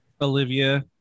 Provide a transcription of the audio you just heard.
olivia